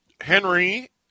Henry